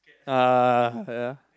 ah ya